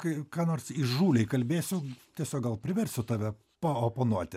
kai ką nors įžūliai kalbėsiu tiesiog gal priversiu tave paoponuoti